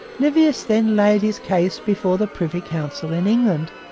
livius then laid his case before the privy council in england.